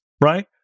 right